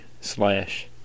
slash